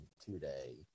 today